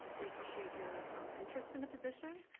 we appreciate your interest in the position.